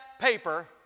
paper